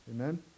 Amen